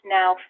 now